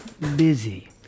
busy